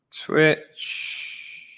Twitch